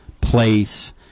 place